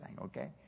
okay